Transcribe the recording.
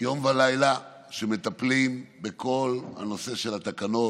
יום ולילה מטפלים בכל הנושא של התקנות,